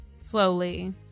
slowly